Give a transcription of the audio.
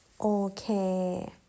Okay